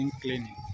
cleaning